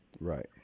Right